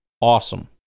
awesome